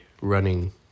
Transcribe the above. running